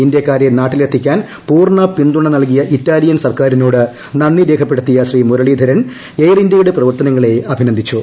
ഇന്തൃക്കാരെ നാട്ടിലെത്തിക്കാൻ പൂർണ്ണ പിന്തുണ നൽകിയ ഇറ്റാലിയൻ സർക്കാരിനോട് നന്ദി രേഖപ്പെടുത്തിയ ശ്രീ മുരളീധരൻ എയർ ഇന്ത്യയുടെ പ്രവർത്തനങ്ങളെ അഭിനന്ദിച്ചു